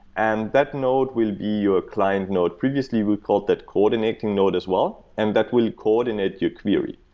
and that node will be your client node. previously, we called that coordinating node as well, and that will coordinate your query.